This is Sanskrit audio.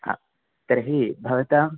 ह तर्हि भवतां